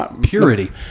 purity